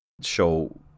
show